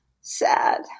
Sad